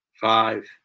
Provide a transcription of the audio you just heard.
five